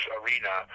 arena